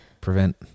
prevent